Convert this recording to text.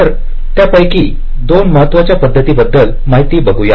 तर त्यापैकी दोन महत्वाच्या पद्धती बद्दल माहिती बघूया